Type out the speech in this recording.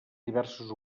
diverses